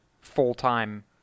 full-time